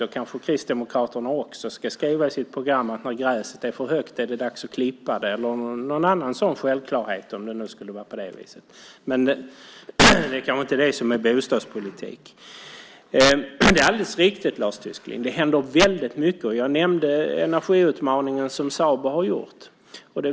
Då kanske Kristdemokraterna också ska skriva i sitt program att om gräset är för högt är det dags att klippa det, eller någon annan sådan självklarhet om det skulle vara på det viset. Men det kanske inte är det som är bostadspolitik. Det är alldeles riktigt, Lars Tysklind. Det händer väldigt mycket. Jag nämnde energiutmaningen som Sabo har antagit.